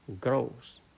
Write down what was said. grows